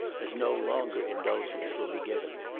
as no longer indulgence will be given.